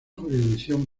jurisdicción